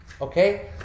Okay